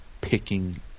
picking